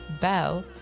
Bell